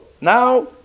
Now